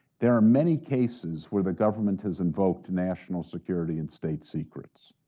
there are many cases where the government has invoked national security and state secrets.